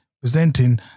presenting